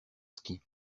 ski